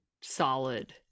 solid